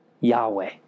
Yahweh